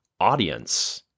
audience